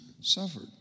suffered